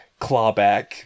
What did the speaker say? clawback